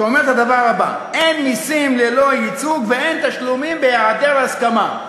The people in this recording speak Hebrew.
שאומר את הדבר הבא: אין מסים ללא ייצוג ואין תשלומים בהיעדר הסכמה.